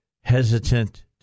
hesitant